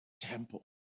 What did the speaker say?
temple